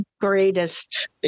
greatest